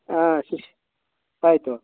ಹಾಂ ಶಿಶ್ ಆಯಿತು